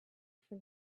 for